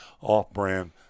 off-brand